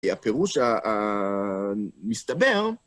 הפירוש המסתבר